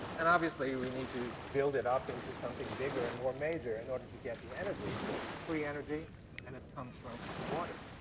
and obviously we need to build it up into something bigger and more major in order to get the energy. this is free energy and it comes from water.